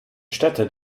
städte